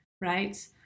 right